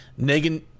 Negan